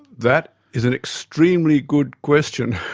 that is an extremely good question.